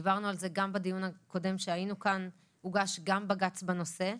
דיברנו על זה גם בדיון הקודם והוגש בג"ץ בנושא.